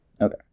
Okay